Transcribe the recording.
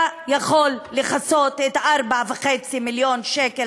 היה יכול לכסות את 4.5 מיליון השקל